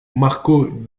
marcos